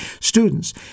students